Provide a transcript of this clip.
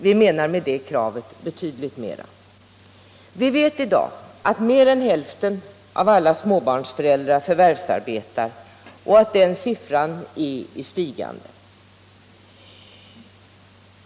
Vi menar med det kravet betydligt mera. Vi vet att mer än hälften av alla småbarnsföräldrar förvärvsarbetar i dag och att den andelen är i stigande.